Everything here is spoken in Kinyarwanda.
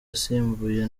asimbuye